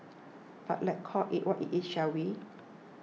but let's call it what it is shall we